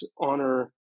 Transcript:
honor